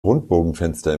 rundbogenfenster